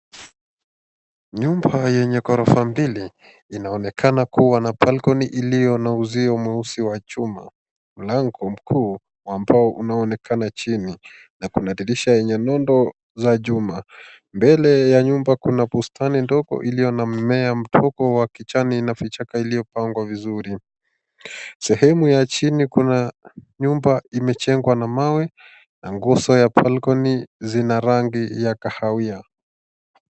Nyumba yenye ghorofa mbili inaonekana kuwa na balcony iliyo na uzio mweusi wa chuma, mlango mkuu ambao unaonekana chini na kuna dirisha yenye nondo za chuma. Mbele ya nyumba kuna bustani ndogo iliyo na mimea mdogo wa kijani na vichaka iliyopangwa vizuri. Sehemu ya chini kuna nyumba imejengwa na mawe na nguzo ya balcony zina rangi ya kahawia.